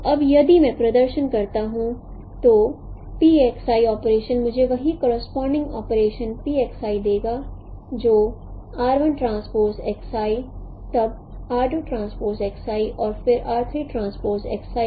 तो अब यदि मैं प्रदर्शन करता हूं तो ऑपरेशन मुझे वही करोसपोंडिंग ऑपरेशन देगा जोतब और फिर दूंगा